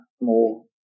more